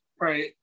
Right